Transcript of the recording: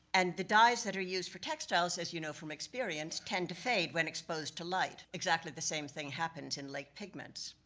and the dyes that are used for textiles, as you know from experience, tend to fade when exposed to light. exactly the same thing happens in lake pigments.